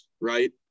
right